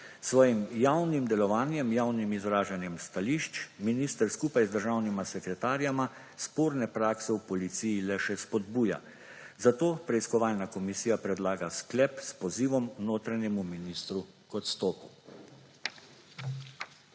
svojim javnim delovanjem, javnim izražanjem stališč minister, skupaj z državnima sekretarjema, sporne prakse v policiji le še spodbuja. Zato preiskovalna komisija predlaga sklep s pozivom notranjemu ministru k odstopu.